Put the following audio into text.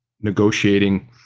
negotiating